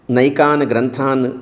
नैकान् ग्रन्थान्